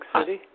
City